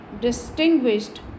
distinguished